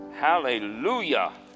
Hallelujah